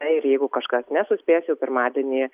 na ir jeigu kažkas nesuspės jau pirmadienį